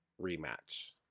rematch